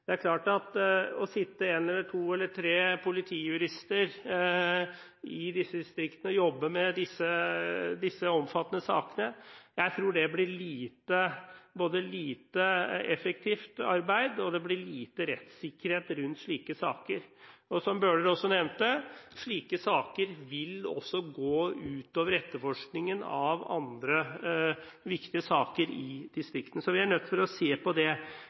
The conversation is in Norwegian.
Det er klart at når én, to eller tre politijurister sitter i disse distriktene og jobber med disse omfattende sakene, tror jeg det blir lite effektivt arbeid, og jeg tror det blir lite rettssikkerhet rundt slike saker. Som Bøhler også nevnte: Slike saker vil også gå ut over etterforskningen av andre viktige saker i distriktene. Så vi er nødt til å se på det.